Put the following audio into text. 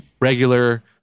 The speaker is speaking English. Regular